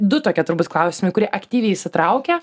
du tokie turbūt klausimai kurie aktyviai įsitraukia